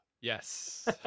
Yes